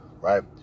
right